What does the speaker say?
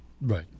Right